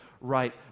right